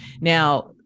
now